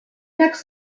next